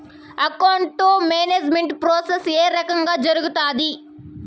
accounting management process ఏ రకంగా జరుగుతాది